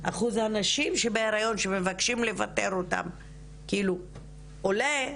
אחוז הנשים שבהיריון שמבקשים לפטר אותן כאילו עולה,